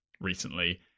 recently